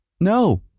No